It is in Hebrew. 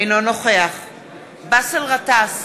אינו נוכח באסל גטאס,